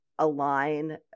align